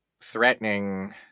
threatening